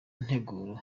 nteguro